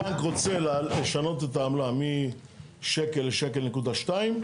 הבנק רוצה לשנות את העמלה מ-1 שקלים ל-1.2 שקלים.